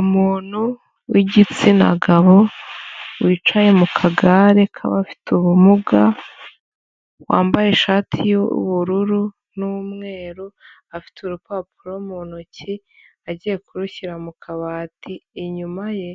Umuntu w'igitsina gabo wicaye mu kagare k'abafite ubumuga, wambaye ishati y'ubururu n'umweru, afite urupapuro mu ntoki agiye kurushyira mu kabati, inyuma ye